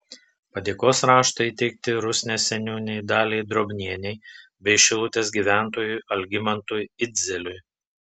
padėkos raštai įteikti rusnės seniūnei daliai drobnienei bei šilutės gyventojui algimantui idzeliui